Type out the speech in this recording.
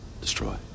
destroy